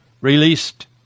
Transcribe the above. released